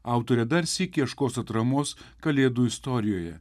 autorė dar sykį ieškos atramos kalėdų istorijoje